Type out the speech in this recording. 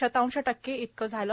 शतांश टक्के इतकं झालं